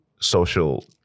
social